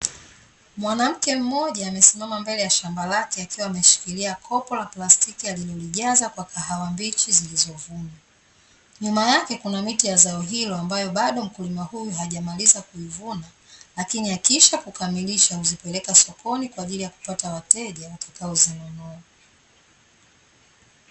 Mwanamke mmoja amesimama mbele ya shamba lake akiwa ameshikilia kopo la plastiki alilolijaza kwa kahawa mbichi zilizovunwa. Nyuma yake kuna miti ya zao hilo ambayo bado mkulima huyu hajamaliza kuivuna lakini akiisha kukamilisha huzipeleka sokoni kwa ajili ya kupata wateja watakaozinunua.